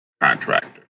contractor